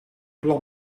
plan